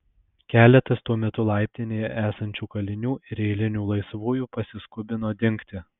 keletas tuo metu laiptinėje esančių kalinių ir eilinių laisvųjų pasiskubino dingti